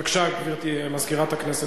בבקשה, גברתי מזכירת הכנסת.